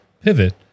pivot